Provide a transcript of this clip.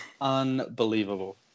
unbelievable